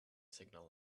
signal